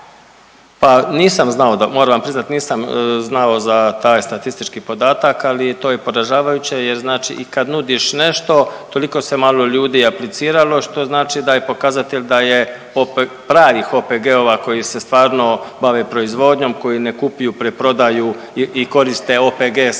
Pa nisam znao moram vam priznat da nisam znao za taj statistički podatak, ali to je poražavajuće jer znači i kad nudiš nešto toliko se malo ljudi apliciralo što znači da je pokazatelj da je pravih OPG-ova koji se stvarno bave proizvodnjom koji ne kupuju preprodaju i koriste OPG samo